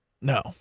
No